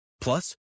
Plus